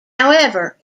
however